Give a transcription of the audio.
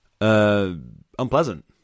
unpleasant